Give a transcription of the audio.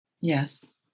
Yes